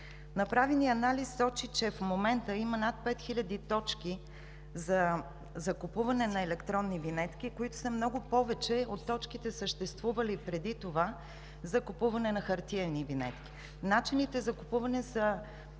Направеният анализ сочи, че в момента има над 5 хиляди точки за закупуване на електронни винетки, които са много повече от точките, съществували преди това за купуване на хартиени винетки. Начините за купуване са